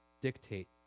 dictate